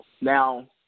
Now